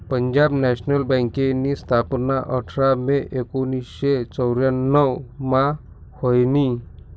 Punjab national बँकनी स्थापना आठरा मे एकोनावीसशे चौर्यान्नव मा व्हयनी